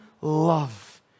love